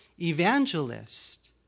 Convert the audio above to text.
evangelist